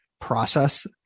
process